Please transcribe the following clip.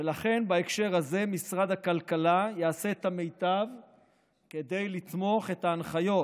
ולכן בהקשר הזה משרד הכלכלה יעשה את המיטב כדי לתמוך בהנחיות